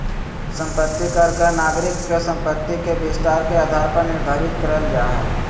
संपत्ति कर नागरिक के संपत्ति के विस्तार के आधार पर निर्धारित करल जा हय